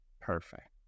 Perfect